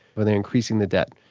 when they're increasing the debt.